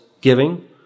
giving